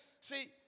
see